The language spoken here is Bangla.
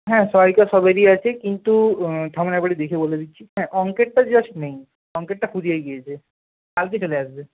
হ্যাঁ সহায়িকা সবেরই আছে কিন্তু থামুন একবারটি দেখে বলে দিচ্ছি হ্যাঁ অঙ্কেরটা জাস্ট নেই অঙ্কেরটা ফুরিয়ে গিয়েছে কালকে চলে আসবে